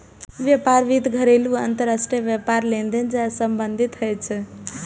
व्यापार वित्त घरेलू आ अंतरराष्ट्रीय व्यापार लेनदेन सं संबंधित होइ छै